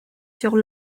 sur